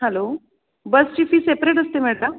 hello बसची fee separate असते म्हणता